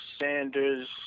Sanders